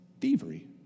thievery